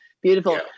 beautiful